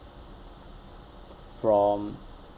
from